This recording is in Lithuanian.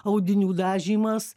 audinių dažymas